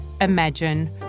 imagine